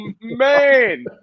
man